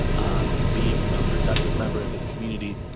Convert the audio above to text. um be ah a productive member of this community.